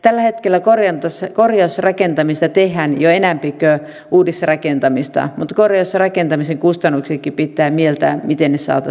tällä hetkellä korjausrakentamista tehdään jo enempi kuin uudisrakentamista mutta korjausrakentamisenkin kustannuksista pitää mieltää miten ne saataisiin alhaisiksi